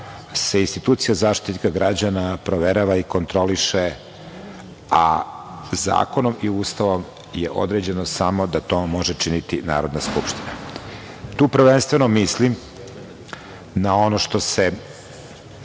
se institucija Zaštitnika građana proverava i kontroliše, a zakonom i Ustavom je određeno samo da to može činiti Narodna skupština. Tu prvenstveno mislim na ono što se